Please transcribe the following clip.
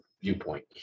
viewpoint